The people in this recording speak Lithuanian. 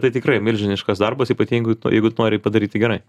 tai tikrai milžiniškas darbas ypatingai jeigu tu nori padaryti gerai